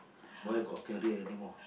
where got career anymore